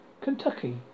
Kentucky